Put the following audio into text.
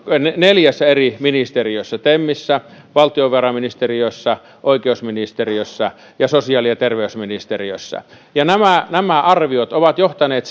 neljässä eri ministeriössä temissä valtiovarainministeriössä oikeusministeriössä ja sosiaali ja terveysministeriössä ja nämä nämä arviot ovat johtaneet